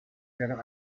während